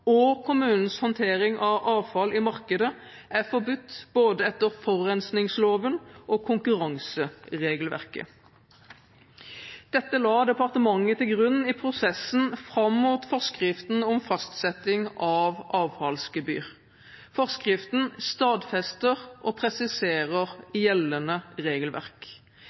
og kommunens håndtering av avfall i markedet er forbudt etter både forurensningsloven og konkurranseregelverket. Dette la departementet til grunn i prosessen fram mot forskriften om fastsetting av avfallsgebyr. Forskriften stadfester og presiserer gjeldende regelverk.